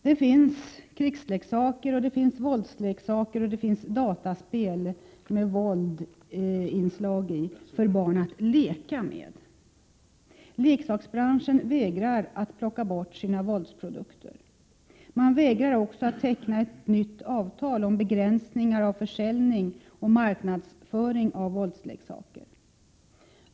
Det finns krigsleksaker, våldsleksaker och dataspel med våldsinslag för barn att leka med. Leksaksbranschen vägrar att plocka bort sina våldsprodukter. Man vägrar också att teckna ett nytt avtal om begränsningar av försäljning och marknadsföring av våldsleksaker.